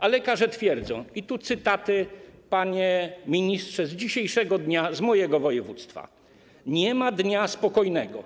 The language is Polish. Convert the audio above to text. A lekarze twierdzą, i tu cytaty, panie ministrze, z dzisiejszego dnia z mojego województwa: Nie ma dnia spokojnego.